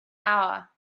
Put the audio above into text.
hour